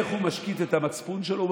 איך הוא משקיט את המצפון שלו?